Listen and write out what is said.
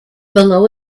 below